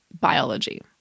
biology